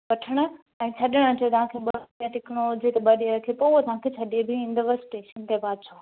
वठण ऐं छॾण अचे तव्हांखे ॿ ॾींहं टिकणो हुजे त ॿ ॾींहं रखीं पोइ तव्हांखे छॾे बि ईंदव स्टेशन ते पाछो